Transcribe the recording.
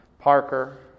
Parker